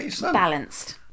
balanced